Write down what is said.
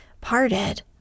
parted